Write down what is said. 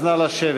אז נא לשבת.